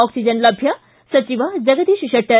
oxygen ಲಭ್ಯ ಸಚಿವ ಜಗದೀಶ್ ಶೆಟ್ಟರ್